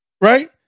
right